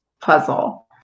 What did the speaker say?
puzzle